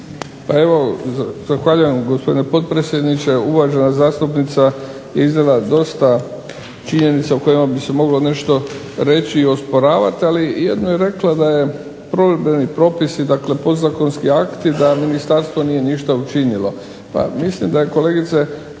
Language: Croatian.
(HDZ)** Zahvaljujem gospodine potpredsjedniče. Uvažena zastupnica je iznijela dosta činjenica o kojima bi se moglo nešto reći i osporavati ali jedno je rekla da provedbeni propisi, dakle podzakonski akti da Ministarstvo nije ništa učinilo. Pa mislim da je kolegice